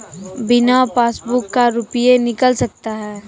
बिना पासबुक का रुपये निकल सकता हैं?